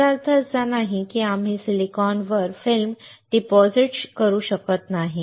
याचा अर्थ असा नाही की आम्ही सिलिकॉनवर फिल्म जमा करू शकत नाही